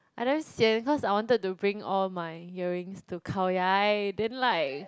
I damn sian cause I wanted to bring all my earrings to Khao-Yai then like